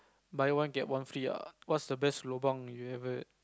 buy one get one free ah what's the best lobang you ever